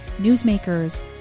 newsmakers